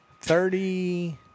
Thirty